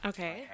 Okay